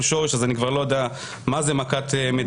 שורש אז אני כבר לא יודע מה זה מכת מדינה.